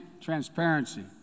transparency